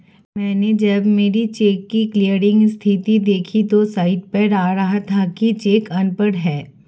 मैनें जब मेरे चेक की क्लियरिंग स्थिति देखी तो साइट पर आ रहा था कि चेक अनपढ़ है